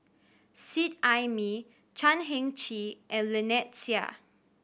Seet Ai Mee Chan Heng Chee and Lynnette Seah